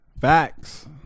Facts